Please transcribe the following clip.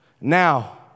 now